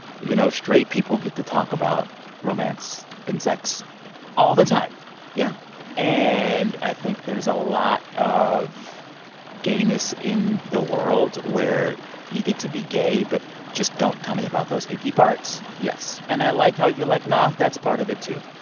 you know, straight people get to talk about romance and sex all the time yeah and i think there's a lot of gayness in the world where you get to be gay, but just don't tell me about those icky parts yes and i like how you're like, no, that's part of it too.